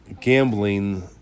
gambling